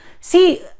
see